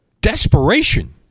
desperation